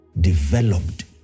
developed